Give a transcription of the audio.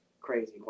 crazy